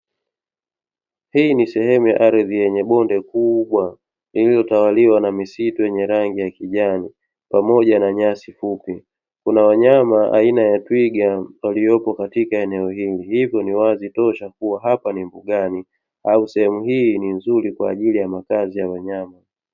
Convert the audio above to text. Hii ni sehemu ya ardhi yenye bonde kubwa iliyotawaliwa na misitu yenye rangi ya kijani pamoja na nyasi fupi. Kuna wanyama aina ya twiga waliopo katika eneo hili, hivyo ni wazi tosha kuwa hapa ni mbugani au sehemu hii ni nzuri kwa ajili ya makazi ya wanyama.